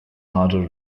madra